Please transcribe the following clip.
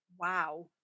Wow